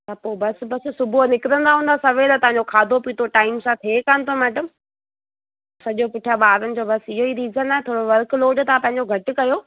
त पोइ बसि बसि सुबुह जो निकिरंदा हूंदा सवेल तव्हांजो खाधो पीतो टाइम सां थिए कान थो मैडम सॼो पुठियां ॿारनि जो बसि इयो ई रीज़न आहे थोरो वर्कलोड तव्हां पंहिंजो घटि कयो